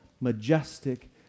majestic